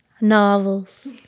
novels